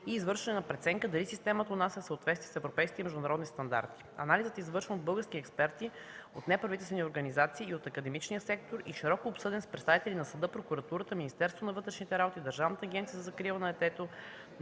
и извършена преценка дали системата у нас е в съответствие с европейските и международните стандарти. Той е извършван от български експерти, от неправителствени организации и от академичния сектор и широко обсъден с представители на съда, прокуратурата, Министерството на вътрешните работи, Държавната агенция за закрила на детето,